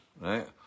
right